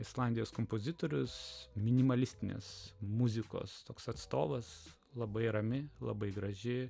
islandijos kompozitorius minimalistinės muzikos toks atstovas labai rami labai graži